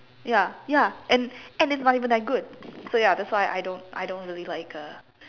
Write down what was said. ya ya and and it is not even that good so ya that's why I don't I don't really like uh